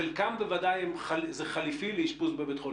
חלקם בוודאי זה חליפי לאשפוז בבית חולים.